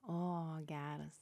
o geras